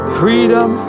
freedom